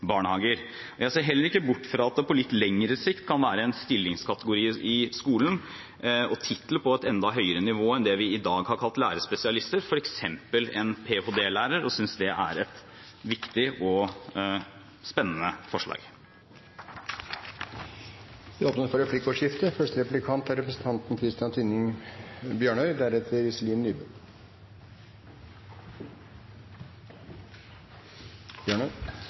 Jeg ser heller ikke bort fra at det på litt lengre sikt kan være en stillingskategori i skolen og tittel på et enda høyere nivå enn det vi i dag har kalt lærerspesialister, f.eks. ph.d.-lærer. Jeg synes det er et viktig og spennende forslag. Svein Roald Hansen hadde her overtatt presidentplassen. Det blir replikkordskifte.